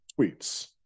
tweets